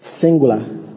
singular